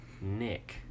Nick